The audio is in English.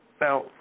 Now